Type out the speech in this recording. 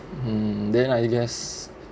um then I guess